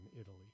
Italy